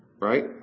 Right